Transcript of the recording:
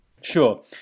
Sure